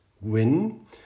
win